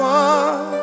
one